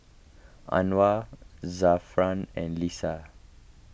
Anuar Zafran and Lisa